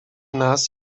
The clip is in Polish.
nas